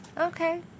Okay